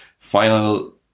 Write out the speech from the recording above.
final